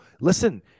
listen